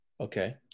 Okay